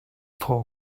for